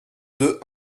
deux